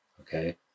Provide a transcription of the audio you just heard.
okay